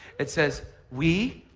it says we,